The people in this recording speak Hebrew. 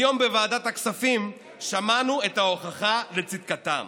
היום בוועדת הכספים שמענו את ההוכחה לצדקתם.